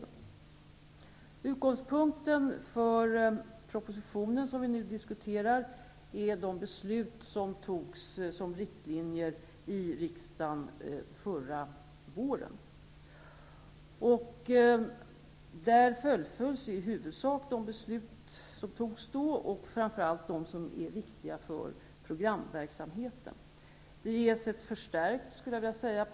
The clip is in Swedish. Den första utgångspunkten för den proposition som vi nu diskuterar är de riktlinjer som riksdagen fattade beslut om förra våren. Här fullföljs i huvudsak de beslut som då fattades. Det gäller framför allt de beslut som är viktiga för programverksamheten. Det föreslås ett förstärkt public service-uppdrag.